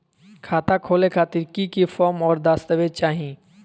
खाता खोले खातिर की की फॉर्म और दस्तावेज चाही?